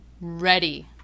ready